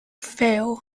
fail